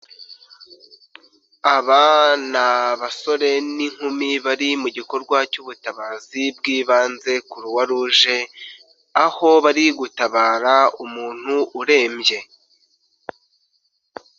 Aba ni abasore n'inkumi bari mu gikorwa cy'ubutabazi bw'ibanze kuruwa ruje aho bari gutabara umuntu urembye.